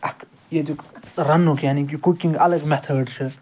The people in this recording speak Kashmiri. اَکھ ییٚتیُک رنٛنُک یعنی کہِ کُکِنٛگ اَلگ مٮ۪تھٲڈ چھِ